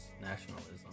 nationalism